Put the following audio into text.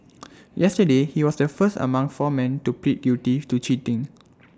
yesterday he was the first among four men to plead guilty to cheating